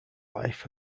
life